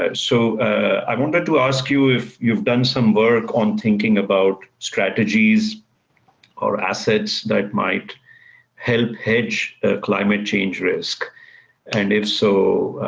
ah so i wanted to ask you if you've done some work on thinking about strategies or assets that might help hedge climate change risk and, if so,